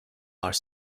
are